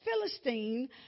Philistine